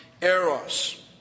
eros